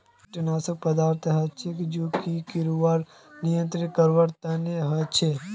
कीटनाशक पदार्थ हछेक जो कि किड़ाक नियंत्रित करवार तना हछेक